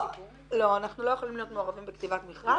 לא, אנחנו לא יכולים להיות מעורבים בכתיבת מכרז.